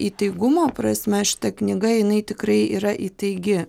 įtaigumo prasme šita knyga jinai tikrai yra įtaigi